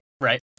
right